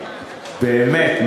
באמת,